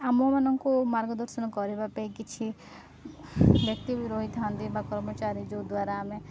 ଆମମାନଙ୍କୁ ମାର୍ଗଦର୍ଶନ କରିବା ପାଇଁ କିଛି ବ୍ୟକ୍ତି ବି ରହିଥାନ୍ତି ବା କର୍ମଚାରୀ ଯୋଉଦ୍ୱାରା ଆମେ